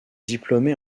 diplômé